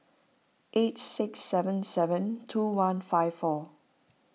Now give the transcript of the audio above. eight six seven seven two one five four